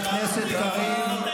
דין אחר,